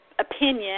opinion